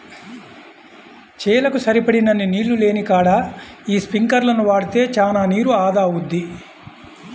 చేలకు సరిపడినన్ని నీళ్ళు లేనికాడ యీ స్పింకర్లను వాడితే చానా నీరు ఆదా అవుద్ది